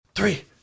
Three